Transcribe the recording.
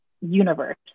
universe